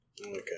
Okay